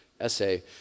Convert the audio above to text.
essay